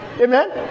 Amen